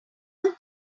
mine